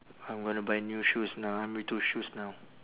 I'm gonna buy new shoes now I'm into shoes now